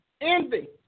Envy